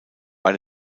bei